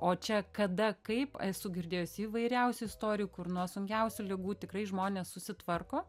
o čia kada kaip esu girdėjus įvairiausių istorijų kur nuo sunkiausių ligų tikrai žmonės susitvarko